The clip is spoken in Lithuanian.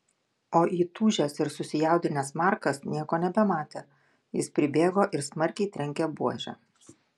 o įtūžęs ir susijaudinęs markas nieko nebematė jis pribėgo ir smarkiai trenkė buože